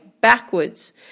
backwards